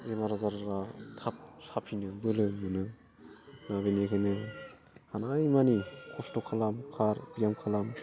बेमार आजारा थाब साफिनो बोलो मोनो दा बेनिखायनो हानायमानि खस्थ' खालाम खार बियाम खालाम